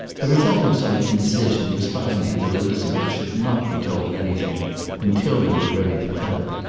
the result of some indecision was finally that elizabeth should not be told anything until they were ready to tell it